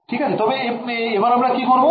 ঠিক আছে এবার তবে কি করবো